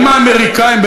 אם האמריקנים,